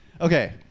Okay